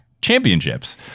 championships